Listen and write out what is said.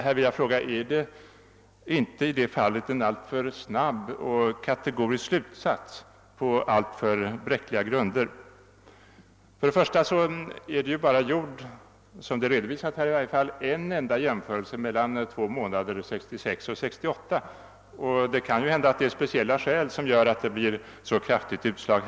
Här vill jag fråga: Är inte detta att på alltför bräckliga grunder dra en alltför snabb och kategorisk slutsats? För det första har såsom redovisas här endast en jämförelse gjorts mellan två månader 1966 och 1968. Det kan hända att speciella skäl medfört det kraftiga utslaget.